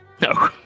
No